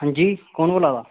हांजी कु'न बोल्ला दा